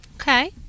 Okay